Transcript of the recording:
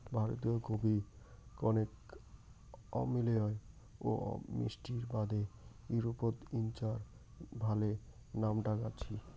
ভারতীয় কফি কণেক অম্লীয় ও মিষ্টির বাদে ইউরোপত ইঞার ভালে নামডাক আছি